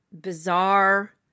bizarre